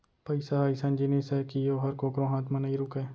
पइसा ह अइसन जिनिस अय कि ओहर कोकरो हाथ म नइ रूकय